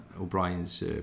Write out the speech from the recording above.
O'Brien's